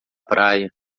praia